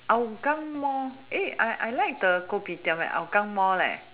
hougang mall eh I like the food at hougang mall leh